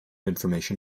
information